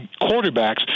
quarterbacks